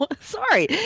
Sorry